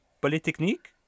Polytechnique